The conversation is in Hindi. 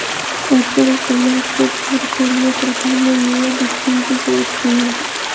अटल टनल के टूर के लिए सरकार ने युवक स्कीम की शुरुआत की है